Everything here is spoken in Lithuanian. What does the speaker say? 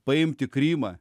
paimti krymą